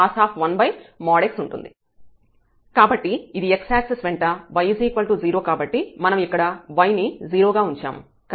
కాబట్టి ఇది x axis వెంట y 0 కాబట్టి మనం ఇక్కడ y ని 0 గా ఉంచాము